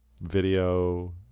Video